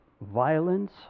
violence